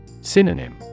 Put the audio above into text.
Synonym